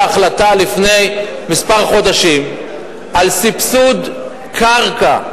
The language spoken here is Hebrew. החלטה לפני כמה חודשים על סבסוד קרקע,